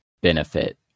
benefit